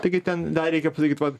taigi ten dar reikia pasakyt vat